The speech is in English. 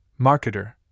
marketer